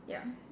ya